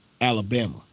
Alabama